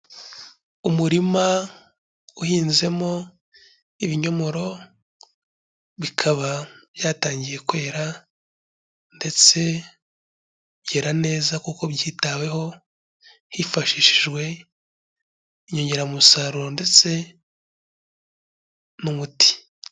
Umurima uhinzemo ibinyomoro, bikaba byatangiye kwera ndetse byera neza kuko byitaweho hifashishijwe inyongeramusaruro ndetse n'umuti.